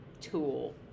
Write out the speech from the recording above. tool